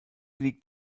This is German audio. liegt